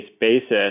basis